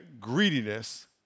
greediness